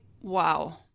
Wow